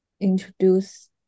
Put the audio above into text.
introduce